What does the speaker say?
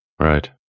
Right